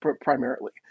primarily